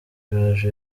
gaju